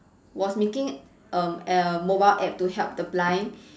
was making um a mobile App to help the blind